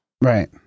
Right